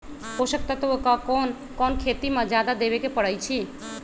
पोषक तत्व क कौन कौन खेती म जादा देवे क परईछी?